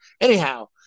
Anyhow